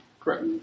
Correct